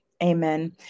Amen